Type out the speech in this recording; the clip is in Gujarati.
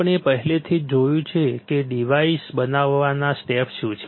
આપણે પહેલેથી જ જોયું છે કે ડિવાઇસ બનાવવાના સ્ટેપ્સ શું છે